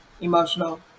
emotional